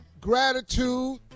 gratitude